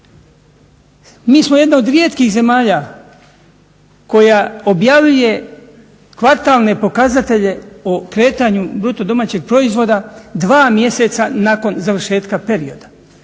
Mi smo jedna od rijetkih zemalja koja objavljuje kvartalne pokazatelje o kretanju bruto domaćeg proizvoda 2 mjeseca nakon završetka perioda.